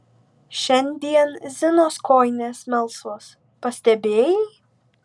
šiandien zinos kojinės melsvos pastebėjai